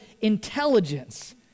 intelligence